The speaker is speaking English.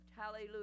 Hallelujah